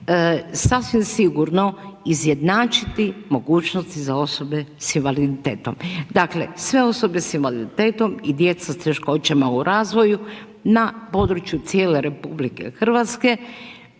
sasvim sigurno izjednačiti mogućnosti za osobe sa invaliditetom. Dakle sve osobe sa invaliditetom i djeca s teškoćama u razvoju na području cijele RH, one koje